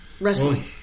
wrestling